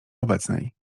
obecnej